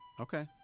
Okay